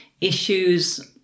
issues